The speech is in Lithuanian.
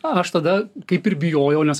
aš tada kaip ir bijojau nes